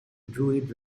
druid